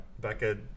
Becca